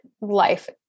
life